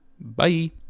Bye